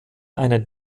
einer